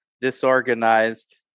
disorganized